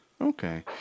Okay